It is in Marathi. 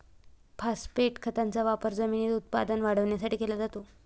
फॉस्फेट खताचा वापर जमिनीत उत्पादन वाढवण्यासाठी केला जातो